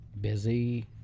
busy